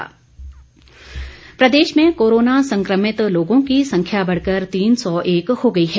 corona update प्रदेश में corona संक्रमित लोगों की संख्या बढ़कर तीन सौ एक हो गई है